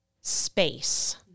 space